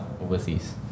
Overseas